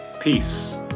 peace